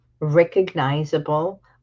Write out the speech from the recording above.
recognizable